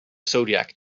zodiac